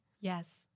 Yes